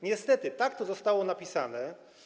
Niestety tak to zostało napisane.